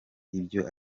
ibyo